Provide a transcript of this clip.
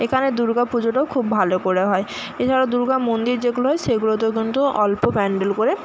এখানে দুর্গা পুজোটাও খুব ভালো করে হয় এছাড়াও দুর্গা মন্দির যেগুলো হয় সেগুলোতেও কিন্তু অল্প প্যান্ডেল করে